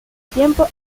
tiempo